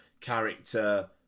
character